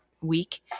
week